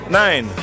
nine